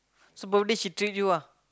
so birthday she treat you ah